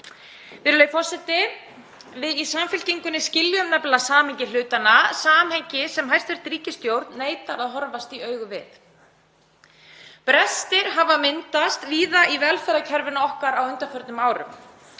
Virðulegi forseti. Við í Samfylkingunni skiljum nefnilega samhengi hlutanna, samhengi sem hæstv. ríkisstjórn neitar að horfast í augu við. Brestir hafa myndast víða í velferðarkerfinu okkar á undanförnum árum.